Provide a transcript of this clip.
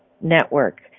network